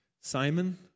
simon